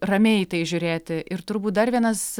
ramiai į tai žiūrėti ir turbūt dar vienas